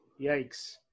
yikes